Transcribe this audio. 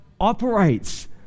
operates